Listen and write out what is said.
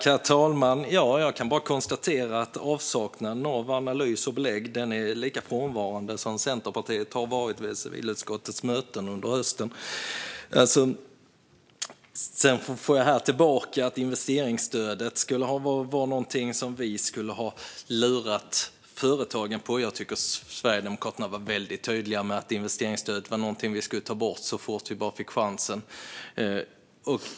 Herr talman! Jag kan bara konstatera att analys och belägg är lika frånvarande som Centerpartiet har varit på civilutskottets möten under hösten. Jag får tillbaka att investeringsstödet skulle vara något som vi har lurat företagen på. Jag tycker att Sverigedemokraterna var väldigt tydliga med att investeringsstödet var något som vi skulle ta bort så fort vi bara fick chansen.